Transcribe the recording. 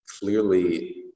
Clearly